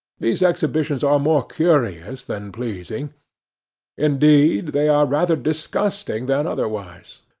these exhibitions are more curious than pleasing indeed, they are rather disgusting than otherwise,